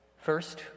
First